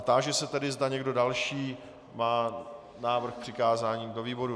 Táži se tedy, zda někdo další má návrh na přikázání do výboru.